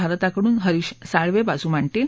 भारताकडून हरीश साळवे बाजू मांडतील